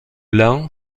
lin